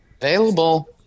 available